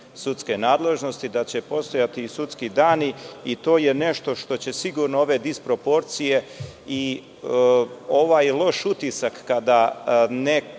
sudske nadležnosti, da će postojati i sudski dani i to je nešto što će sigurno ove disproporcije i ovaj loš utisak kada neka